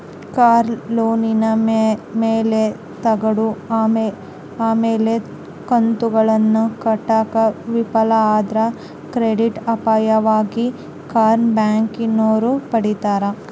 ಕಾರ್ನ ಲೋನಿನ ಮ್ಯಾಲೆ ತಗಂಡು ಆಮೇಲೆ ಕಂತುಗುಳ್ನ ಕಟ್ಟಾಕ ವಿಫಲ ಆದ್ರ ಕ್ರೆಡಿಟ್ ಅಪಾಯವಾಗಿ ಕಾರ್ನ ಬ್ಯಾಂಕಿನೋರು ಪಡೀತಾರ